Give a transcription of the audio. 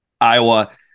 Iowa